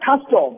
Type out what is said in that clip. custom